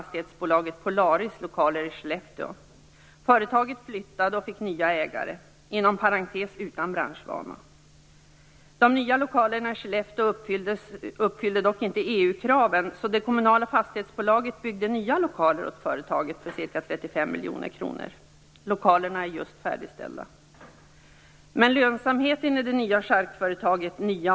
Skellefteå. Företaget flyttade och fick nya ägare, inom parentes utan branschvana. De nya lokalerna i Skellefteå uppfyllde dock inte EU-kraven, så det kommunala fastighetsbolaget byggde nya lokaler åt företaget för ca 35 miljoner kronor. Lokalerna är just färdigställda.